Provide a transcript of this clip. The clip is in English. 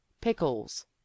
pickles